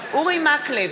אורי מקלב,